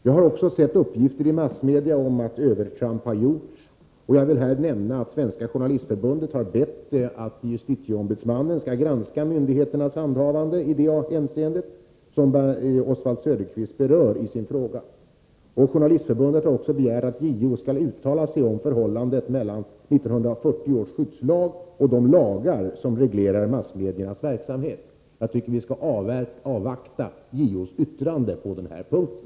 Jag har sett uppgifter i massmedia om att övertramp har gjorts, och jag vill i det sammanhanget nämna att Svenska journalistförbundet har bett att justitieombudsmannen skall granska myndigheternas handhavande i det hänseende som Oswald Söderqvist berör i sin fråga. Journalistförbundet har också begärt att JO skall uttala sig om förhållandet mellan 1940 års skyddslag och de lagar som reglerar massmediernas verksamhet. Jag tycker att vi skall avvakta JO:s yttrande på den punkten.